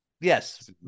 yes